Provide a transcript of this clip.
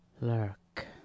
Lurk